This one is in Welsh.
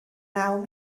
naw